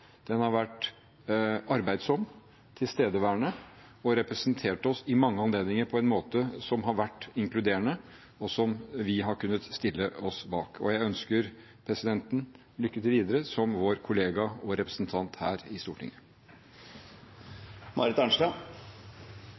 den innsatsen presidenten har nedlagt. Han har vært arbeidsom, tilstedeværende og har representert oss i mange anledninger på en måte som har vært inkluderende, og som vi har kunnet stille oss bak. Jeg ønsker presidenten lykke til videre som vår kollega og som representant her i Stortinget.